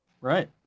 right